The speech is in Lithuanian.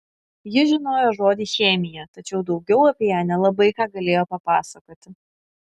jis žinojo žodį chemija tačiau daugiau apie ją nelabai ką galėjo papasakoti